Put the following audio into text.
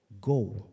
Go